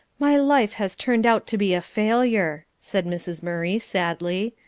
my life has turned out to be a failure, said mrs. murray, sadly.